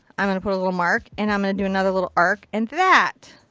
i'm going to put a little mark. and i'm going to do another little arc. and that,